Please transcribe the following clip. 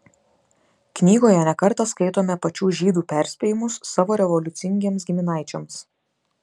knygoje ne kartą skaitome pačių žydų perspėjimus savo revoliucingiems giminaičiams